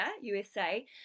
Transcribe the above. USA